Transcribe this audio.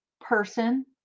person